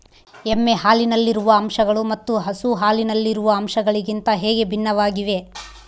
ಎಮ್ಮೆ ಹಾಲಿನಲ್ಲಿರುವ ಅಂಶಗಳು ಮತ್ತು ಹಸು ಹಾಲಿನಲ್ಲಿರುವ ಅಂಶಗಳಿಗಿಂತ ಹೇಗೆ ಭಿನ್ನವಾಗಿವೆ?